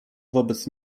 wobec